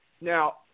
Now